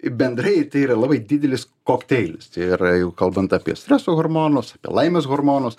bendrai tai yra labai didelis kokteilis tai yra jeigu kalbant apie streso hormonus apie laimės hormonus